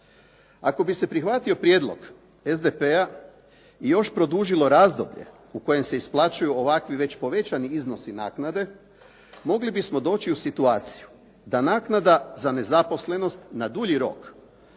ako bi se prihvatio prijedlog SDP-a i još produžilo razdoblje u kojem se isplaćuju ovakvi već povećani iznosi naknade mogli bismo doći u situaciju da naknada za nezaposlenost na dulji rok